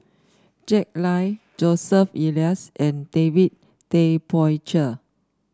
Jack Lai Joseph Elias and David Tay Poey Cher